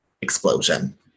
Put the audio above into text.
explosion